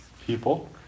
People